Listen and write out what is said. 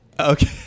okay